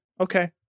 Okay